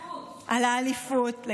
על האליפות.